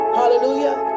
hallelujah